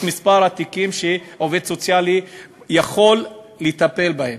את מספר התיקים שעובד סוציאלי יכול לטפל בהם,